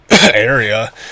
Area